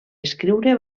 escriure